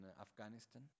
Afghanistan